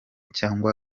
cyangwa